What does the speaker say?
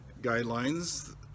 guidelines